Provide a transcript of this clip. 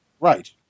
Right